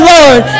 Lord